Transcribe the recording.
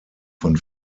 von